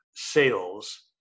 Sales